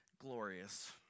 glorious